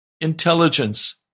intelligence